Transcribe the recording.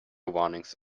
warnings